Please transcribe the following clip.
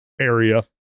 area